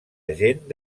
agent